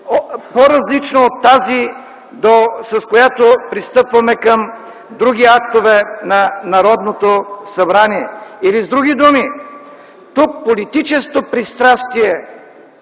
по-различен от процедурата, с която пристъпваме към други актове на Народното събрание. Или с други думи, тук политическото пристрастие